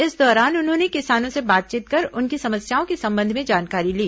इस दौरान उन्होंने किसानों से बातचीत कर उनकी समस्याओं के संबंध में जानकारी ली